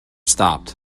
stopped